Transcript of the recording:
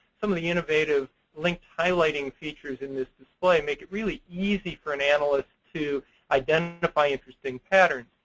so of the innovative linked highlighting features in this display make it really easy for an analyst to identify interesting patterns.